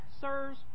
Sirs